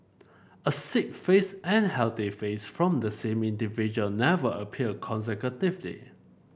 a sick face and healthy face from the same individual never appeared consecutively